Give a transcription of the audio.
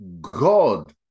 God